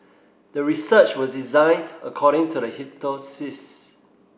the research was designed according to the